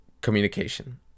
communication